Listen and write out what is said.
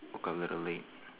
woke up a little late